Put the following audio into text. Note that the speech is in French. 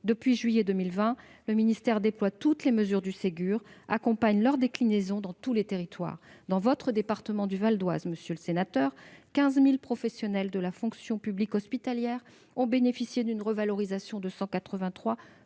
Depuis juillet 2020, le ministère déploie toutes les mesures du Ségur de la santé et accompagne leur déclinaison dans tous les territoires. Dans votre département du Val-d'Oise, monsieur le sénateur, 15 000 professionnels de la fonction publique hospitalière ont bénéficié d'une revalorisation de 183